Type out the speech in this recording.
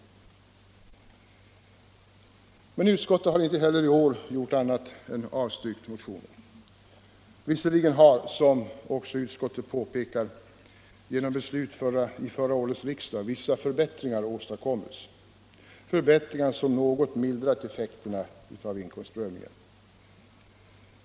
Utskottet har emellertid inte heller i år gjort något annat än avstyrkt motionen. Visserligen har, som utskottet också påpekar, genom beslut av förra årets riksdag vissa förbättringar åstadkommits, förbättringar som något mildrat effekterna av inkomstprövningen.